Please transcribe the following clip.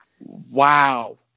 wow